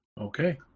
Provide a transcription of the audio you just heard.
Okay